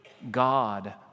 God